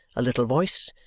a little voice,